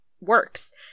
works